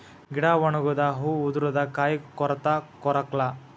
ಗಿಡಾ ಒಣಗುದು ಹೂ ಉದರುದು ಕಾಯಿ ಕೊರತಾ ಕೊರಕ್ಲಾ